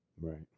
Right